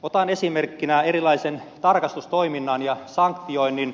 otan esimerkkinä erilaisen tarkastustoiminnan ja sanktioinnin